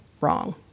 wrong